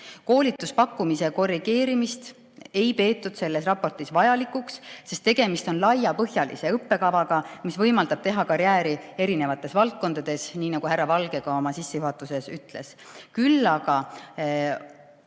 Koolituspakkumise korrigeerimist ei peetud selles raportis vajalikuks, sest tegemist on laiapõhjalise õppekavaga, mis võimaldab teha karjääri erinevates valdkondades, nii nagu härra Valge ka oma sissejuhatuses ütles. Küll aga